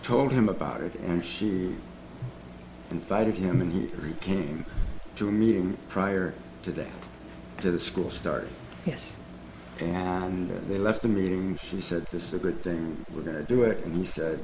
told him about it and she invited him and he came to a meeting prior to that to the school start yes and they left the meeting he said this is a good thing we're going to do it and he said